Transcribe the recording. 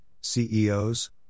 CEOs